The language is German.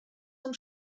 und